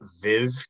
Viv